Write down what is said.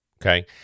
okay